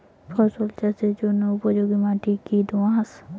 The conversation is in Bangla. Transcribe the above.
ফসল চাষের জন্য উপযোগি মাটি কী দোআঁশ?